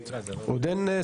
חושב שזאת הנקודה שמתחדדת פה.